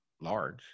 large